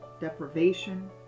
deprivation